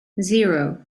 zero